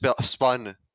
spun